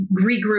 regroup